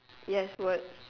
yes words